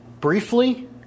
Briefly